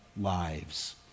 lives